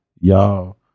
y'all